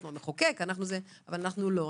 אנחנו המחוקק אבל אנחנו לא,